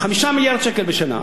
5 מיליארד שקל בשנה.